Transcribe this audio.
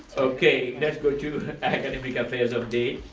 okay, let's go to academic affairs update.